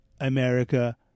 America